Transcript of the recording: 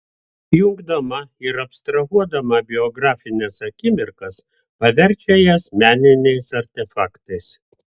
jungdama ir abstrahuodama biografines akimirkas paverčia jas meniniais artefaktais